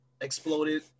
exploded